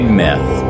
myth